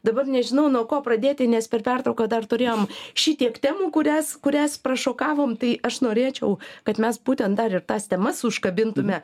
dabar nežinau nuo ko pradėti nes per pertrauką dar turėjom šitiek temų kurias kurias prašokavom tai aš norėčiau kad mes būtent dar ir tas temas užkabintume